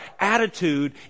attitude